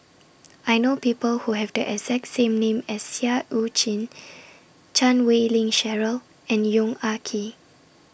I know People Who Have The exact same name as Seah EU Chin Chan Wei Ling Cheryl and Yong Ah Kee